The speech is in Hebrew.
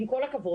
עם כל הכבוד,